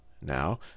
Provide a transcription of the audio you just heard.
now